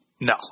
No